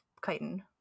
chitin